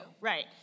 Right